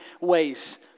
ways